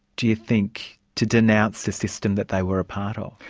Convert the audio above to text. do you think, to denounce the system that they were a part of?